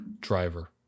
Driver